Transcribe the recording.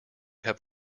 have